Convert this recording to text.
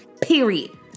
period